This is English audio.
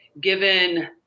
given